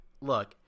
look